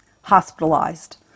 hospitalized